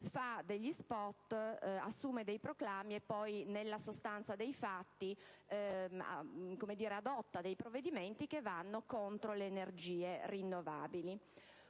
fa degli *spot*, dei proclami e poi, nella sostanza dei fatti, adotta dei provvedimenti che vanno contro le energie rinnovabili.